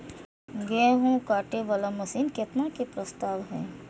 गेहूँ काटे वाला मशीन केतना के प्रस्ताव हय?